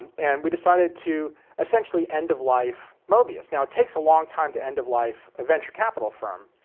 and and we decided to essentially end of life mobius. now it takes a long time to end of life a venture capital firm,